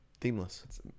Themeless